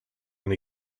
and